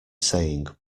saying